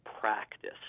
practice